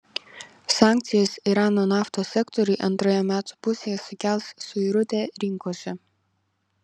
sankcijos irano naftos sektoriui antroje metų pusėje sukels suirutę rinkose